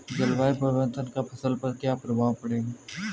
जलवायु परिवर्तन का फसल पर क्या प्रभाव पड़ेगा?